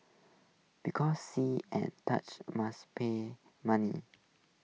because see and touch must pay money